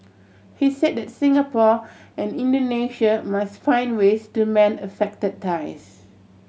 he say that Singapore and Indonesia must find ways to mend affected ties